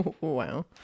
Wow